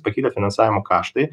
pakitę finansavimo kaštai